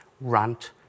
rant